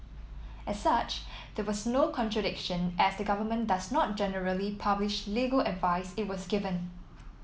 as such there was no contradiction as the government does not generally publish legal advice it was given